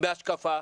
בהשקפה.